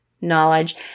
knowledge